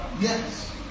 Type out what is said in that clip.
yes